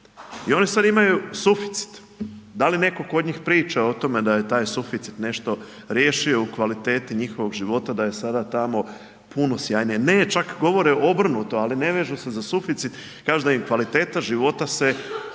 I oni sad imaju suficit, da li netko kod njih priča o tome da je taj suficit nešto riješio u kvaliteti njihovog života da je sada tamo puno sjajnije. Ne, čak govore obrnuto ali ne vežu se za suficit, kažu da im kvaliteta života se